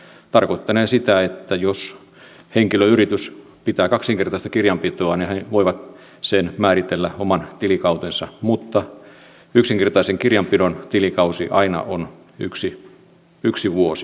se tarkoittanee sitä että jos henkilöyritys pitää kaksinkertaista kirjanpitoa niin he voivat määritellä oman tilikautensa mutta yksinkertaisen kirjanpidon tilikausi aina on yksi vuosi kalenterivuosi